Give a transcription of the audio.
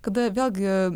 kada vėlgi